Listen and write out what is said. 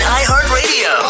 iHeartRadio